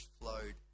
flowed